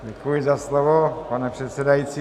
Děkuji za slovo, pane předsedající.